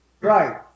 right